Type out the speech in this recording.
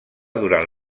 durant